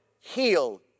heal